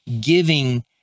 giving